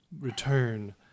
return